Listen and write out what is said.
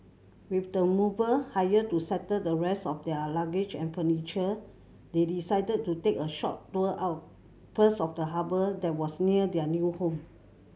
with the mover hired to settle the rest of their luggage and furniture they decided to take a short tour first of the harbour that was near their new home